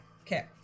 Okay